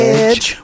edge